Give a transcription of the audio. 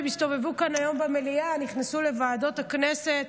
שהסתובבו כאן היום במליאה ונכנסו לוועדות הכנסת.